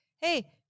hey